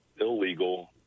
illegal